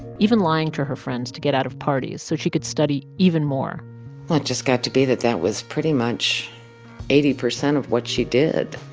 even lying to her friends to get out of parties so she could study even more well, it just got to be that that was pretty much eighty percent of what she did.